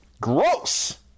Gross